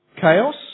Chaos